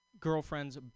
Girlfriend's